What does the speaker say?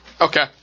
Okay